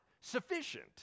sufficient